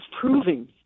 proving